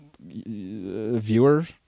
viewer